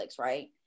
right